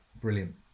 brilliant